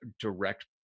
direct